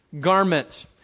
garment